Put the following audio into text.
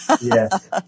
Yes